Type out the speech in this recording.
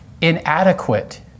inadequate